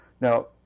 Now